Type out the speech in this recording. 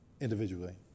individually